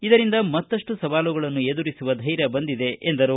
ಇದರಿಂದ ಮತ್ತಷ್ಟು ಸವಾಲುಗಳನ್ನು ಎದುರಿಸುವ ಧೈರ್ಯ ಬಂದಿದೆ ಎಂದರು